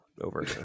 over